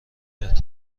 کرد